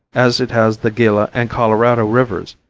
as it has the gila and colorado rivers,